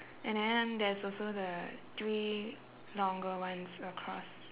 and then there's also the three longer ones across